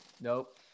Nope